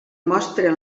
mostren